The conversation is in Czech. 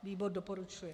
Výbor doporučuje.